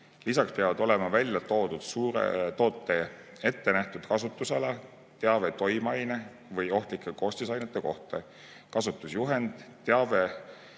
Lisaks peavad olema välja toodud toote ettenähtud kasutusala, teave toimeaine või ohtlike koostisainete kohta, kasutusjuhend, teave